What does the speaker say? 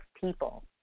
people